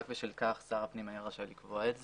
בשל כך שר הפנים היה רשאי לקבוע את זה.